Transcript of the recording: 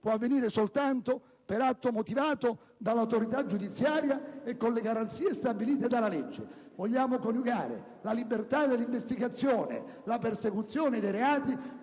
può avvenire soltanto per atto motivato dell'autorità giudiziaria con le garanzie stabilite dalla legge». Vogliamo coniugare la libertà dell'investigazione e la persecuzione dei reati